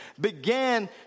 began